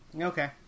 okay